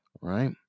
right